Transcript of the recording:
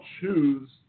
choose